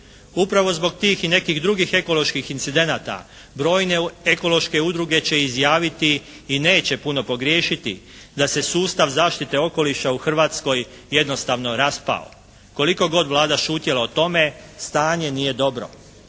Upravo zbog tih i nekih drugih ekoloških incidenata, brojne ekološke udruge će izjaviti i neće puno pogriješiti da se sustav zaštite okoliša u Hrvatskoj jednostavno raspao koliko god Vlada šutjela o tome stanje nije dobro.